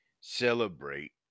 celebrate